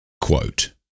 Quote